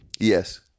Yes